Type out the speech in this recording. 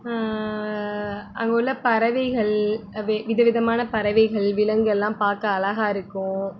அங்கே உள்ள பறவைகள் வித விதமான பறவைகள் விலங்குகள்லாம் பார்க்க அழகா இருக்கும்